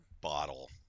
bottle